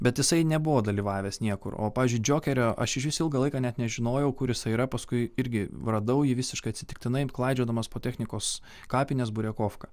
bet jisai nebuvo dalyvavęs niekur o pavyzdžiui džokerio aš iš vis ilgą laiką net nežinojau kur jisai yra paskui irgi radau jį visiškai atsitiktinai klaidžiodamas po technikos kapines burekofka